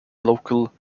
local